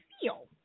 feel